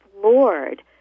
floored